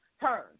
turn